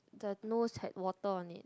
the nose has water on it